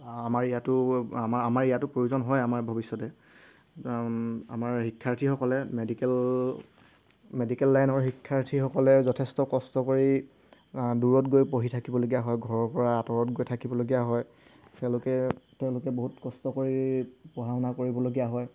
আমাৰ ইয়াতো আমাৰ আমাৰ ইয়াতো প্ৰয়োজন হয় আমাৰ ভৱিষ্যতে আমাৰ শিক্ষাৰ্থীসকলে মেডিকেল মেডিকেল লাইনৰ শিক্ষাৰ্থীসকলে যথেষ্ট কষ্ট কৰি দূৰত গৈ পঢ়ি থাকিবলগীয়া হয় ঘৰৰপৰা আঁতৰত গৈ থাকিবলগীয়া হয় তেওঁলোকে তেওঁলোকে বহুত কষ্ট কৰি পঢ়া শুনা কৰিবলগীয়া হয়